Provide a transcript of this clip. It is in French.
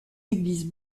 églises